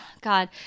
God